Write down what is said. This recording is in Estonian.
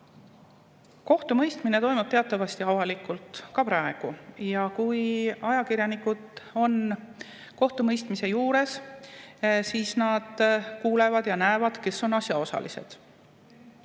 Kohtumõistmine toimub teatavasti avalikult ka praegu ja kui ajakirjanikud on kohtumõistmise juures, siis nad kuulevad ja näevad, kes on asjaosalised.